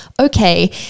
okay